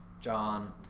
John